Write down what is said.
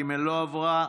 לחלופין ד' לא עברה.